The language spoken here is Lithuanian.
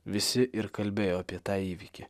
visi ir kalbėjo apie tą įvykį